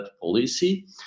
policy